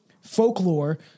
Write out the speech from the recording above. folklore